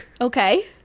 Okay